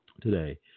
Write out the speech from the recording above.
today